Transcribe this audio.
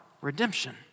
redemption